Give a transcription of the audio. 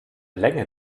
länge